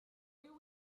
you